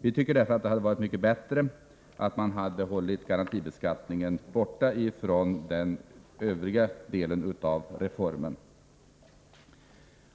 Vi tycker därför att det hade varit mycket bättre om man hade hållit garantibeskattningen borta från den övriga delen av reformen.